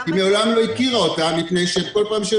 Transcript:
היא מעולם לא הכירה אותם מפני שכל פעם שהאנשים